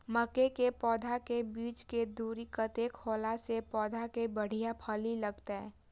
मके के पौधा के बीच के दूरी कतेक होला से पौधा में बढ़िया फली लगते?